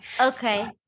Okay